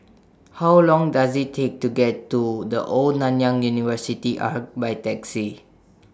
How Long Does IT Take to get to The Old Nanyang University Arch By Taxi